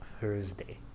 Thursday